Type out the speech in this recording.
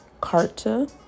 Carta